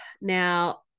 Now